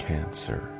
Cancer